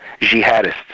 Jihadists